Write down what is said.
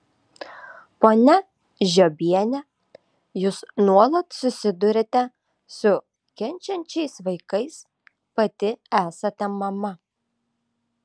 ponia žiobiene jūs nuolat susiduriate su kenčiančiais vaikais pati esate mama